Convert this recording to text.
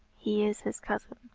he is his cousin.